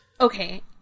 Okay